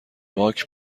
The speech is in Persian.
باک